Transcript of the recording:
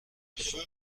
feu